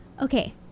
Okay